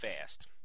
fast